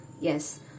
Yes